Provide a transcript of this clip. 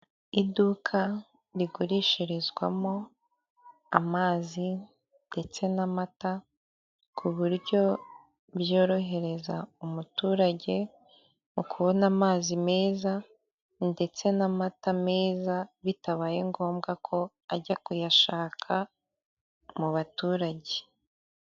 Iduka rigurishirizwamo amazi ndetse n'amata ku buryo byorohereza umuturage mu kubona amazi meza ndetse n'amata meza bitabaye ngombwa ko ajya kuyashaka mu baturage.